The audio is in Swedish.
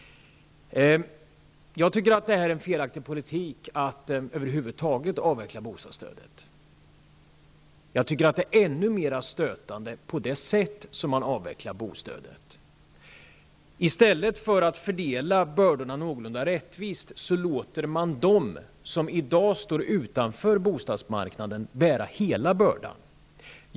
Jag anser det vara en felaktig politik att över huvud taget avveckla bostadsstödet. Det är ännu mera stötande att avveckla det på det sätt som man gör. I stället för att fördela bördorna någorlunda rättvist låter man dem som i dag står utanför bostadsmarknaden bära hela bördan.